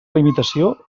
limitació